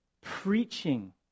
preaching